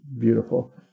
beautiful